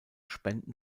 spenden